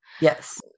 Yes